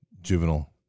juvenile